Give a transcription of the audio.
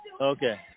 Okay